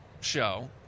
show